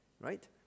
right